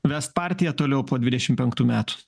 vest partiją toliau po dvidešim penktų metų